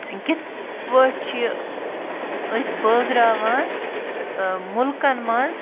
کِتھٕ پٲٹھۍ چھِ أسۍ بٲگٕراوان مُلکَن منٛز